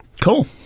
Cool